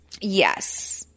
Yes